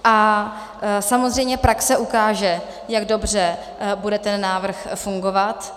A samozřejmě praxe ukáže, jak dobře bude ten návrh fungovat.